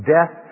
Death